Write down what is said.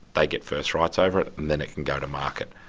they get first rights over it, and then it can go to market.